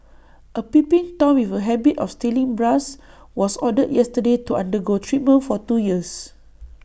A peeping Tom with A habit of stealing bras was ordered yesterday to undergo treatment for two years